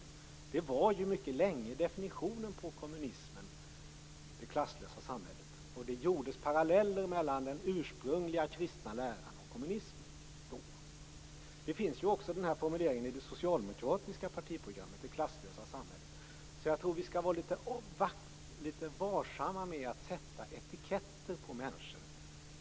Det klasslösa samhället var ju mycket länge definitionen på kommunismen, och det drogs då paralleller mellan den ursprungliga kristna läran och kommunismen. Formuleringen det klasslösa samhället finns ju också i det socialdemokratiska partiprogrammet. Så jag tror att vi skall vara litet varsamma med att sätta etiketter på människor.